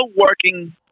working